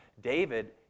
David